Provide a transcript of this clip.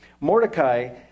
Mordecai